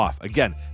Again